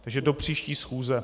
Takže do příští schůze.